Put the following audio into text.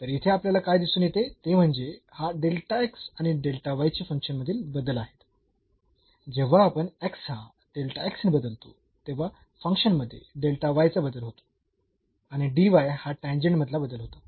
तर येथे आपल्याला काय दिसून येते ते म्हणजे हा आणि हे फंक्शन मधील बदल आहेत जेव्हा आपण हा ने बदलतो तेव्हा फंक्शन मध्ये चा बदल होतो आणि हा टॅन्जेंट मधला बदल होता